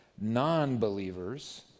non-believers